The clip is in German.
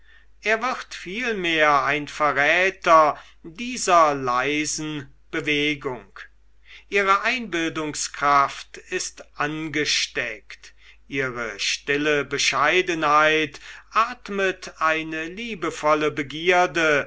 er wird vielmehr ein verräter dieser leisen bewegung ihre einbildungskraft ist angesteckt ihre stille bescheidenheit atmet eine liebevolle begierde